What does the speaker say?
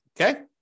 Okay